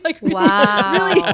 Wow